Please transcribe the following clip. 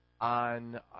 on